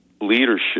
leadership